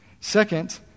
Second